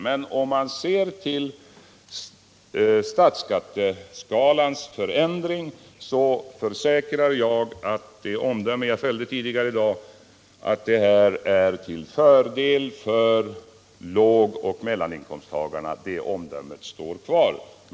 Men när det gäller den föreslagna förändringen av statsskatteskalan försäkrar jag att den är till fördel för lågoch mellaninkomsttagarna. Det omdömet fällde jag tidigare här i dag, och det står kvar.